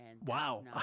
Wow